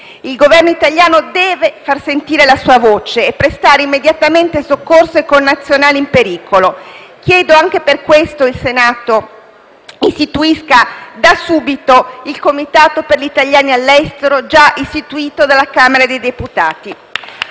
Il Governo italiano deve far sentire la sua voce e prestare immediatamente soccorso ai connazionali in pericolo. Chiedo, anche per questo, che il Senato costituisca da subito il Comitato per le questioni degli italiani all'estero, già costituito dalla Camera dei deputati.